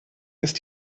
ist